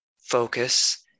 focus